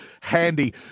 handy